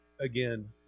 again